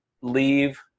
leave